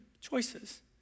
choices